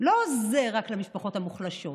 לא עוזר רק למשפחות המוחלשות,